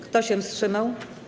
Kto się wstrzymał?